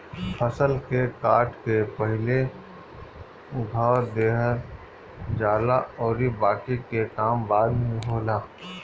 फसल के काट के पहिले धअ देहल जाला अउरी बाकि के काम बाद में होला